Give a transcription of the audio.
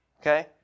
okay